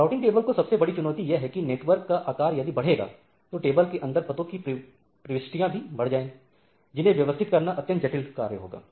routing table की सबसे बड़ी चुनौती यह है कि नेटवर्क का आकार यदि बढ़ेगा तो टेबल के अंदर पतो की प्रविष्टियां भी बढ़ती जाएंगी जिन्हें व्यवस्थित करना अत्यंत जटिल कार्य होता है